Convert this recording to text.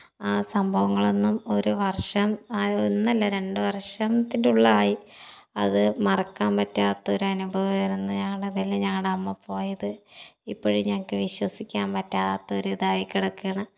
ആ സംഭവങ്ങളൊന്നും ഒരു വർഷം ഒന്നല്ല രണ്ട് വർഷത്തിൻ്റെ ഉള്ളിലായി അത് മറക്കാൻ പറ്റാത്തൊരനുഭവമായിരുന്നു ഞങ്ങളുടെ തന്നെ ഞങ്ങളുടെ അമ്മ പോയത് ഇപ്പോഴും ഞങ്ങൾക്ക് വിശ്വസിക്കാൻ പറ്റാത്തൊരു ഇതായി കിടക്കുകയാണ്